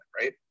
right